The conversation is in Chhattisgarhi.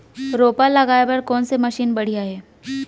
रोपा लगाए बर कोन से मशीन बढ़िया हे?